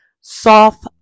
Soft